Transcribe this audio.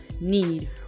need